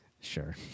Sure